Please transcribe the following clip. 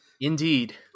indeed